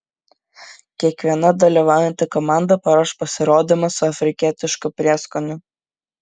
kiekviena dalyvaujanti komanda paruoš pasirodymą su afrikietišku prieskoniu